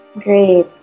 Great